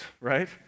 right